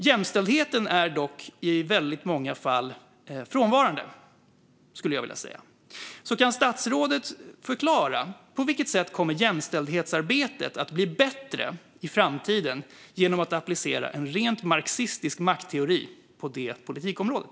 Jämställdheten är dock i många fall frånvarande. Kan statsrådet förklara på vilket sätt jämställdhetsarbetet kommer att bli bättre i framtiden genom att applicera en rent marxistisk maktteori på det politikområdet?